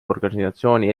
organisatsiooni